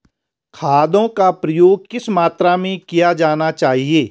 खादों का प्रयोग किस मात्रा में किया जाना चाहिए?